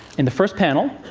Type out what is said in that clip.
in the first panel,